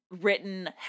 written